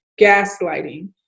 gaslighting